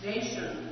Nation